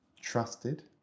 trusted